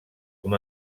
com